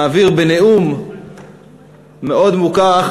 מעביר בנאום מאוד מוכר,